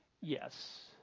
Yes